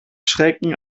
schrecken